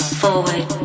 forward